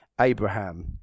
Abraham